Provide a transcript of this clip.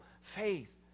faith